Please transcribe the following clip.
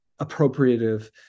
appropriative